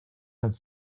and